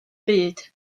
byd